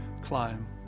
climb